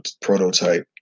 prototype